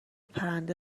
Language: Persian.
پرونده